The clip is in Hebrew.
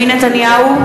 (קוראת בשמות חברי הכנסת) בנימין נתניהו,